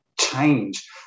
change